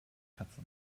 katze